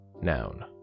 Noun